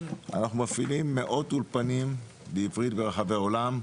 אנחנו מפעילים מאות אולפנים בעברית ברחבי העולם.